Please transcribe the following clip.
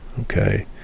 okay